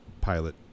pilot